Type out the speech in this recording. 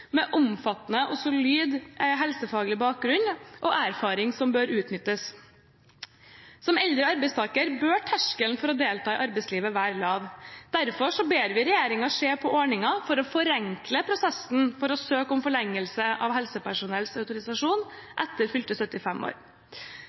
med omfattende og solid helsefaglig bakgrunn og erfaring som bør utnyttes. For eldre arbeidstakere bør terskelen for å delta i arbeidslivet være lav. Derfor ber vi regjeringen se på ordninger for å forenkle prosessen for å søke om forlengelse av helsepersonells autorisasjon etter fylte 75 år.